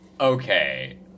Okay